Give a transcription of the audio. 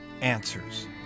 answers